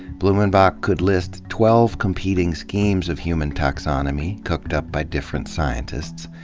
blumenbach could list twelve competing schemes of human taxonomy, cooked up by different scientists.